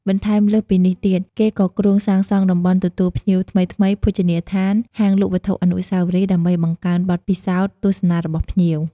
បន្ថែមលើសពីនេះទៀត គេក៏គ្រោងសាងសង់តំបន់ទទួលភ្ញៀវថ្មីៗ ភោជនីយដ្ឋាន ហាងលក់វត្ថុអនុស្សាវរីយ៍ ដើម្បីបង្កើនបទពិសោធន៍ទស្សនារបស់ភ្ញៀវ។